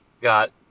Got